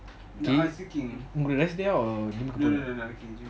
I was thinking balestier or joo koon